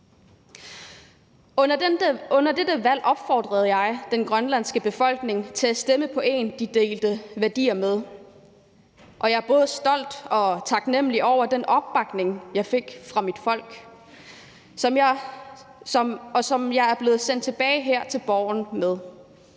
Under denne valgkamp opfordrede jeg den grønlandske befolkning til at stemme på en, de delte værdier med, og jeg er både stolt og taknemlig over den opbakning, jeg fik fra mit folk, og som jeg er blevet sendt tilbage her til Borgen med.